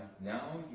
now